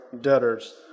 debtors